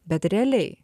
bet realiai